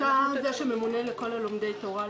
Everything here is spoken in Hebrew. אתה זה שממונה על כל לומדי התורה,